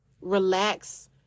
Relax